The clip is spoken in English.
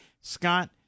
Scott